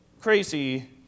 crazy